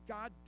God